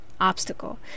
obstacle